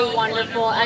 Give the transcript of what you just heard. wonderful